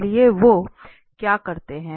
इसलिए वो क्या करते हैं